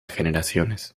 generaciones